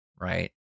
right